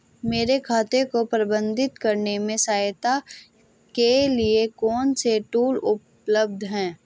मेरे खाते को प्रबंधित करने में सहायता के लिए कौन से टूल उपलब्ध हैं?